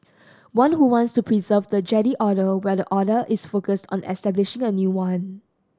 one who wants to preserve the Jedi Order while the other is focused on establishing a new one